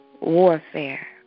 warfare